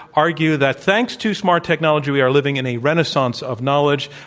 argue that thanks to smart technology, we are living in a renaissance of knowledge,